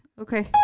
Okay